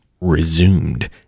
resumed